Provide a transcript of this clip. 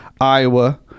Iowa